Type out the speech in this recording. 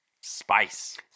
spice